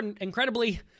incredibly